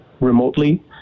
remotely